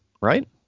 right